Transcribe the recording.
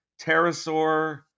pterosaur